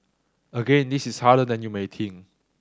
again this is harder than you may think